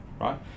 right